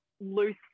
loose